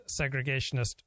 segregationist